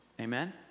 Amen